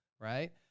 Right